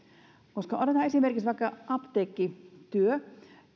otetaan esimerkiksi vaikka apteekkityö